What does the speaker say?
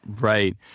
Right